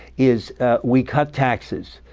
is we cut taxes.